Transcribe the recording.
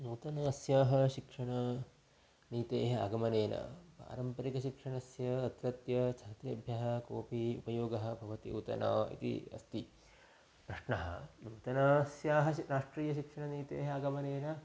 नूतनस्याः शिक्षणनीतेः आगमनेन पारम्परिकशिक्षणस्य अत्रत्यछात्रेभ्यः कोपि उपयोगः भवति उत ना इति अस्ति प्रश्नः नूतनस्याः राष्ट्रीयशिक्षणनीतेः आगमनेन